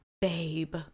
babe